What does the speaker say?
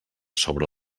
sobre